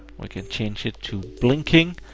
like and change it to blinking.